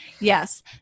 Yes